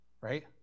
right